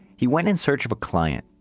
he went in search of a client.